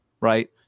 right